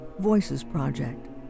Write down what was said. voicesproject